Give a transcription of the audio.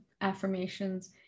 affirmations